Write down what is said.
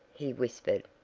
he whispered.